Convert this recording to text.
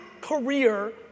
career